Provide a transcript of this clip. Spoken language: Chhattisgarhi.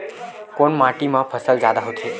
कोन माटी मा फसल जादा होथे?